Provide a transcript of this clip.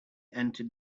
entered